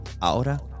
Ahora